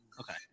Okay